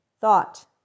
thought